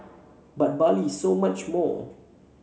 but Bali is so much more